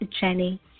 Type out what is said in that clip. Jenny